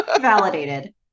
validated